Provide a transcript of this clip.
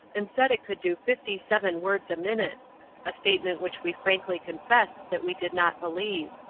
and said it could do fifty-seven words a minute a statement which we frankly confessed that we did not believe.